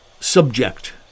subject